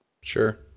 Sure